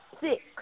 six